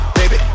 baby